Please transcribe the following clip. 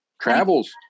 travels